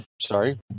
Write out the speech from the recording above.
sorry